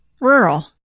rural